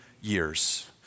years